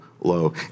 low